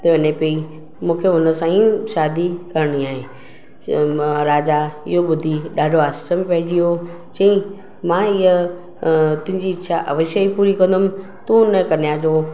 त हले पेई मूंखे उनसां ई शादी करिणी आहे सो म राजा इहो ॿुधी ॾाढो आश्चर्य में पइजी वियो चईं मां हीअ तुंहिंजी इच्छा अवश्य ई पूरी कंदुमि तूं उन कन्या जो